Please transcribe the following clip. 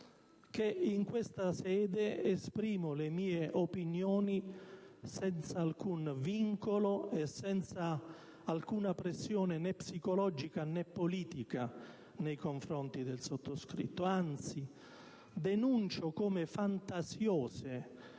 che in questa sede esprimo le mie opinioni senza alcun vincolo e senza che alcuna pressione, né psicologica, né politica, sia stata esercitata nei confronti del sottoscritto. Anzi, denuncio come fantasiose